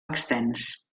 extens